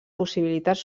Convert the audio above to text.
possibilitats